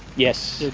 yes,